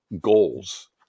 goals